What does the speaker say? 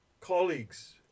colleagues